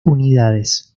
unidades